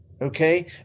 Okay